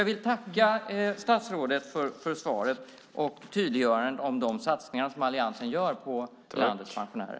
Jag vill tacka statsrådet för svaret och tydliggörandet om de satsningar som alliansen gör på landets pensionärer.